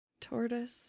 tortoise